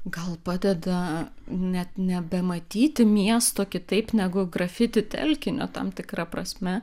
gal padeda net nebematyti miesto kitaip negu grafiti telkinio tam tikra prasme